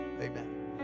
Amen